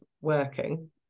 working